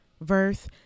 verse